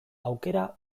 aukera